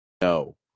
No